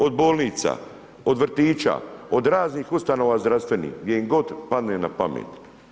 Od bolnica, od vrtića, od raznih ustanova zdravstvenih, gdje im god padne na pamet.